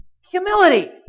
humility